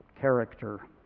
character